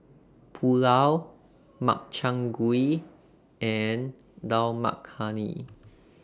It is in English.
Pulao Makchang Gui and Dal Makhani